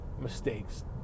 mistakes